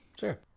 Sure